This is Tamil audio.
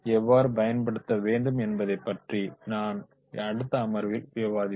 எப்போது பயன்படுத்த வேண்டும் என்பதைப் பற்றி நான் அடுத்த அமர்வில் விவரிப்பேன்